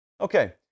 Okay